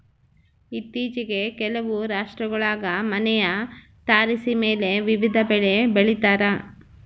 ಇತ್ತೀಚಿಗೆ ಕೆಲವು ರಾಷ್ಟ್ರಗುಳಾಗ ಮನೆಯ ತಾರಸಿಮೇಲೆ ವಿವಿಧ ಬೆಳೆ ಬೆಳಿತಾರ